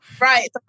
Right